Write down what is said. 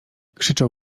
krzyczał